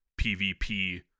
pvp